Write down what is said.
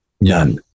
none